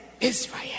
Israel